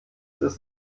ist